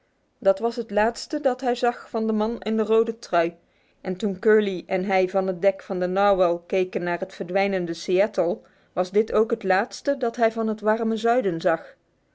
dat was het laatste dat hij zag van den man in de rode trui en toen curly en hij van het dek van de narwhal keken naar het verdwijnende seattle was dit ook het laatste dat hij van het warme zuiden zag